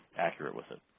accurate with it.